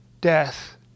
death